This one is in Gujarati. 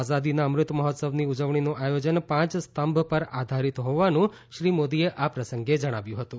આઝાદીના અમૃત મહોત્સવની ઉજવણીનું આયોજન પાંચ સ્થંભ પર આધારિત હોવાનું શ્રી મોદીએ આ પ્રસંગે જણાવ્યુ હતું